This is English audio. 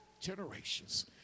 generations